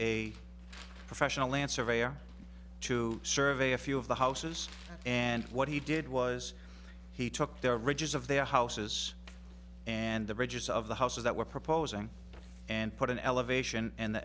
a professional lance surveyor to survey a few of the houses and what he did was he took their ridges of their houses and the bridges of the houses that we're proposing and put in elevation and the